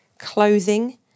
clothing